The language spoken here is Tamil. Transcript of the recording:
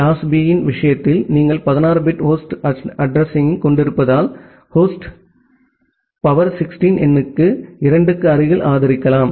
கிளாஸ் B இன் விஷயத்தில் நீங்கள் 16 பிட் ஹோஸ்ட் அட்ரஸிங்யைக் கொண்டிருப்பதால் ஹோஸ்டின் சக்தி 16 எண்ணுக்கு 2 க்கு அருகில் ஆதரிக்கலாம்